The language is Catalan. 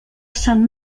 sant